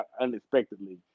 unexpectedly